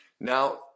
Now